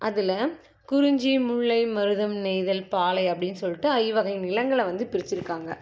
அதில் குறிஞ்சி முல்லை மருதம் நெய்தல் பாலை அப்படின்னு சொல்லிட்டு ஐவகை நிலங்களை வந்து பிரித்துருக்காங்க